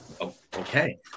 okay